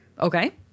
Okay